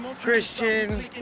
Christian